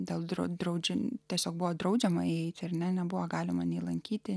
dėl dro draudžiant tiesiog buvo draudžiama eiti ar ne nebuvo galima nei lankyti